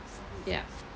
yup